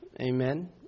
amen